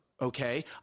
Okay